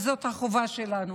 וזאת החובה שלנו.